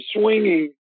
swinging